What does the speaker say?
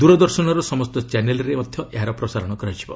ଦୂରଦର୍ଶନର ସମସ୍ତ ଚ୍ୟାନେଲ୍ରେ ମଧ୍ୟ ଏହାର ପ୍ରସାରଣ ହେବ